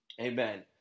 Amen